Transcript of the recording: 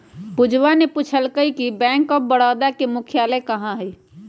पूजवा ने पूछल कई कि बैंक ऑफ बड़ौदा के मुख्यालय कहाँ हई?